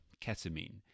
ketamine